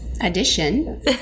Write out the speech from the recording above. addition